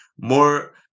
more